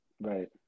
Right